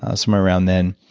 ah somewhere around then,